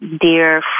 dear